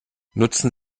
nutzen